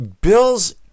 Bills